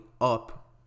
up